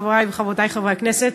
חברי וחברותי חברי הכנסת,